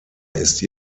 ist